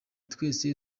twese